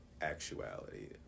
actuality